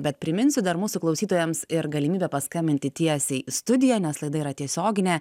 bet priminsiu dar mūsų klausytojams ir galimybę paskambinti tiesiai į studiją nes laida yra tiesioginė